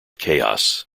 chaos